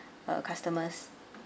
uh customers